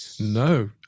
No